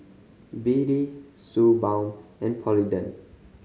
B D Suu Balm and Polident